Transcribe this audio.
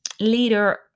leader